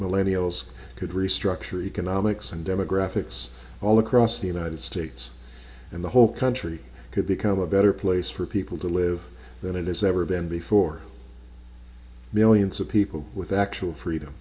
millennial could restructure economics and demographics all across the united states and the whole country could become a better place for people to live than it has ever been before millions of people with actual freedom